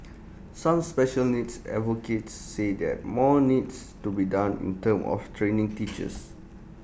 some special needs advocates say that more needs to be done in terms of training teachers